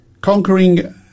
conquering